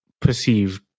perceived